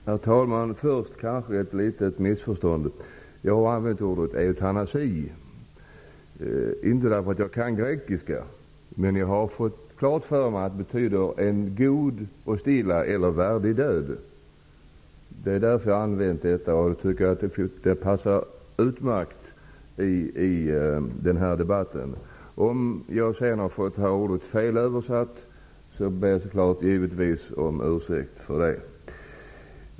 Herr talman! Först vill jag ta upp något som kanske orsakat missförstånd. Jag har använt ordet eutanasi. Jag har inte gjort det därför att jag kan grekiska utan för att jag har fått klart för mig att ordet betyder en god och stilla eller värdig död. Jag tycker ordet passar utmärkt i denna debatt. Om jag har fått ordet fel översatt ber jag givetvis i så fall om ursäkt för att jag ha använt det felaktigt.